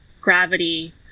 gravity